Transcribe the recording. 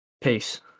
peace